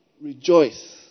Rejoice